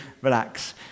relax